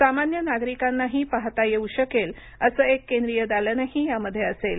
सामान्य नागरिकांनाही पाहता येऊ शकेल असं एक केंद्रीय दालनही यामध्ये असेल